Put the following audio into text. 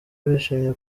bishimye